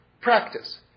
practice